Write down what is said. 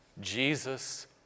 Jesus